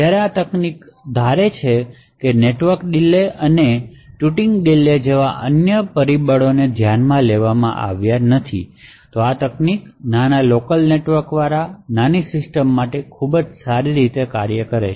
જ્યારે આ તકનીક ધારે છે કે નેટવર્ક ડીલે અને ટુટિંગ ડીલે જેવા અન્ય પરિબળોને ધ્યાનમાં લેવામાં આવતાં નથી તો આ તકનીક નાના લોકલ નેટવર્કવાળા નાના સિસ્ટમો માટે ખૂબ સારી રીતે કાર્ય કરશે